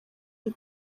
iyi